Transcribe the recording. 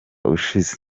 ushize